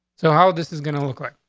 so how this is gonna look like